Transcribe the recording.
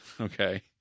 Okay